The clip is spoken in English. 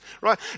Right